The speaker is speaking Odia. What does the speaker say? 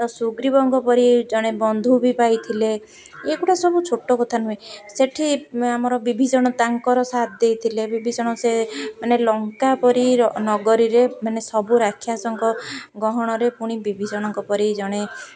ତ ସୁଗ୍ରୀବଙ୍କ ପରି ଜଣେ ବନ୍ଧୁ ବି ପାଇଥିଲେ ଏଗୁଡ଼ା ସବୁ ଛୋଟ କଥା ନୁହେଁ ସେଠି ଆମର ବିଭୀଷଣ ତାଙ୍କର ସାଥ ଦେଇଥିଲେ ବିଭୀଷଣ ସେ ମାନେ ଲଙ୍କା ପରି ନଗରରେ ମାନେ ସବୁ ରାକ୍ଷାସଙ୍କ ଗହଣରେ ପୁଣି ବିଭୀଷଣଙ୍କ ପରି ଜଣେ